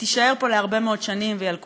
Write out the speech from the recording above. תישאר פה הרבה מאוד שנים, והיא על כולנו.